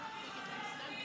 יעקב, היא רוצה להסביר.